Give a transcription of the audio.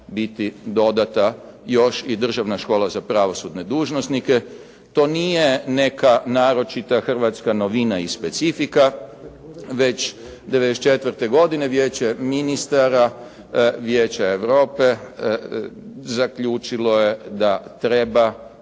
biti dodata još i državna škola za pravosudne dužnosnike. To nije neka naročita Hrvatska novina i specifika, već 94. godine Vijeće ministara Vijeća Europe zaključilo je da treba